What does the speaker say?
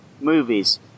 movies